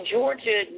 Georgia